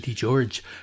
George